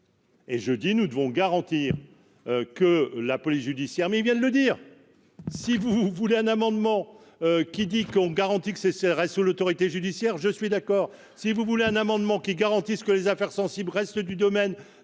Et je dis : nous devons garantir que la police judiciaire, mais il vient de le dire, si vous voulez un amendement qui dit qu'on garantit que ces reste sous l'autorité judiciaire, je suis d'accord si vous voulez un amendement qui garantissent que les affaires sensibles restent du domaine